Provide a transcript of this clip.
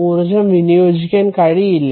ഊർജ്ജം വിനിയോഗിക്കാൻ കഴിയില്ല